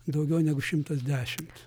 daugiau negu šimtas dešimt